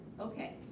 Okay